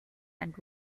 and